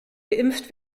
geimpft